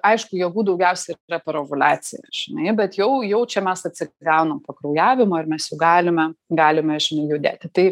aišku jėgų daugiausiai yra per ovuliaciją žinai bet jau jaučiamės atsigaunam po kraujavimo ir mes jau galime galime žinai judėti tai